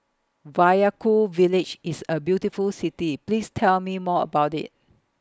Vaiaku Village IS A beautiful City Please Tell Me More about IT